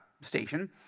station